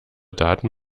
daten